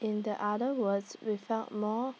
in the other words we found more